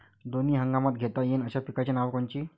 दोनी हंगामात घेता येईन अशा पिकाइची नावं कोनची?